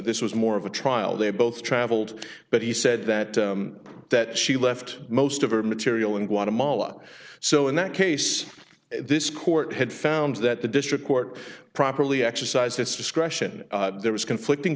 this was more of a trial they both traveled but he said that that she left most of her material in guatemala so in that case this court had found that the district court properly exercised its discretion there was conflicting